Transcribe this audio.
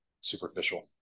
superficial